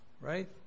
Right